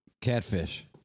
Catfish